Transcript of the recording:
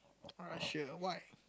why